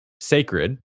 sacred